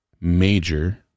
major